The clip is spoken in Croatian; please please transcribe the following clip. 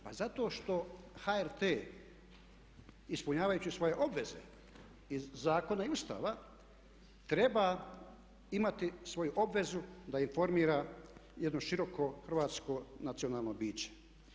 Pa zato što HRT ispunjavajući svoje obveze iz zakona i Ustava treba imati svoju obvezu da informira jedno široko hrvatsko nacionalno biće.